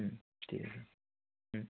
হুম ঠিক আছে হুম